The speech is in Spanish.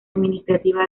administrativa